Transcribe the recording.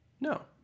no